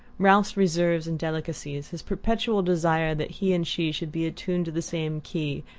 ralph's reserves and delicacies, his perpetual desire that he and she should be attuned to the same key,